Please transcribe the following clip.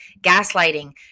gaslighting